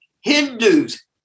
Hindus